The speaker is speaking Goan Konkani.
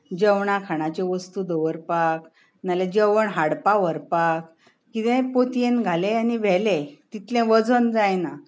जेवणा खाणाच्यो वस्तू दवरपाक नाजाल्यार जेवण हाडपा व्हरपाक कितेंय पोतयेंत घालें आनी व्हेलें तितलें वजन जायना